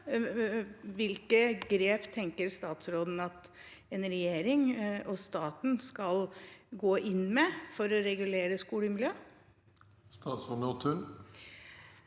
Hvilke grep tenker statsråden at en regjering og staten skal gå inn med for å regulere skolemiljøet? Statsråd Kari